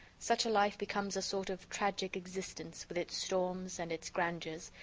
such a life becomes a sort of tragic existence, with its storms and its grandeurs,